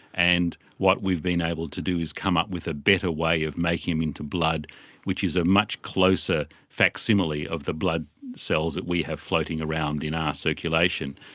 and what we've been able to do is come up with a better way of making them into blood which is a much closer facsimile of the blood cells that we have floating around in our circulation.